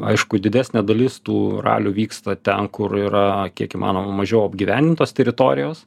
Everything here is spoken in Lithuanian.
aišku didesnė dalis tų ralių vyksta ten kur yra kiek įmanoma mažiau apgyvendintos teritorijos